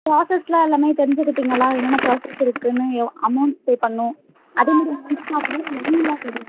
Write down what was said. ப்ராசஸெலாம் எல்லாமே தெரிஞ்சுக்கிட்டிங்களா என்னன்ன ப்ராசஸ் இருக்குதுனு எவ் அமௌண்ட் பே பண்ணணும் அதுவும்